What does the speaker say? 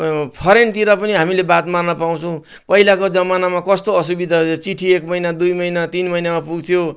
फरेनतिर पनि हामीले बात गर्न पाउँछौँ पहिलाको जमनामा कस्तो असुविधा थियो चिठी एक महिना दुई महिना तिन महिनामा पुग्थ्यो